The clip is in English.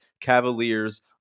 Cavaliers